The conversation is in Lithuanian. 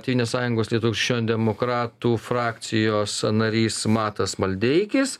tėvynės sąjungos lietuvos krikščionių demokratų frakcijos narys matas maldeikis